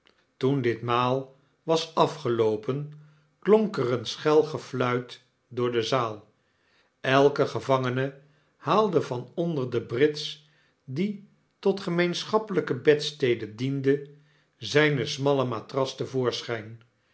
toen dit maal was afgeloopen klonk er een schel gefluit door de zaal elk gevangene haalde van onder de brits die tot gemeenschappelpe bedstede diende zijne smalle matras